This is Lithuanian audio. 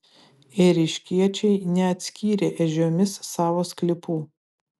ėriškiečiai neatskyrė ežiomis savo sklypų